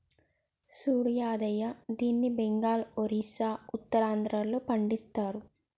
సూడు యాదయ్య దీన్ని బెంగాల్, ఒరిస్సా, ఉత్తరాంధ్రలో పండిస్తరు